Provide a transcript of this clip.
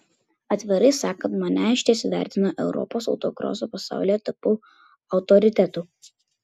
atvirai sakant mane išties vertina europos autokroso pasaulyje tapau autoritetu